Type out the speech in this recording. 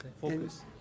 Focus